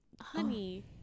honey